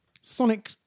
Sonic